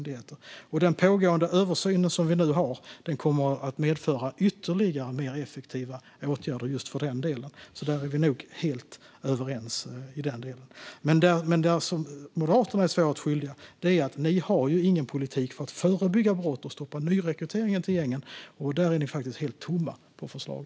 Den pågående översynen kommer att medföra ytterligare mer effektiva åtgärder i den delen. Där är vi nog helt överens. Men Moderaterna är svaret skyldiga när det gäller att de inte har någon politik för att förebygga brott och stoppa nyrekryteringen till gängen. Där är ni faktiskt helt tomma på förslag.